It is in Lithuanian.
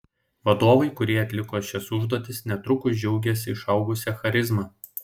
vadovai kurie atliko šias užduotis netrukus džiaugėsi išaugusia charizma